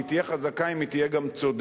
והיא תהיה חזקה אם היא תהיה גם צודקת.